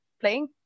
playing